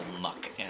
muck